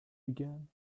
began